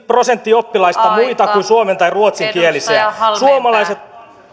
prosenttia oppilaista muita kuin suomen tai ruotsinkielisiä suomalaiset